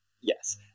yes